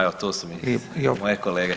Evo tu su i moje kolege.